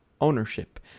ownership